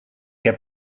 heb